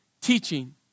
teaching